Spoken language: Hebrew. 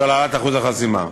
של העלאת אחוז החסימה.